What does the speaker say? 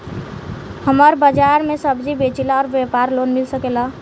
हमर बाजार मे सब्जी बेचिला और व्यापार लोन मिल सकेला?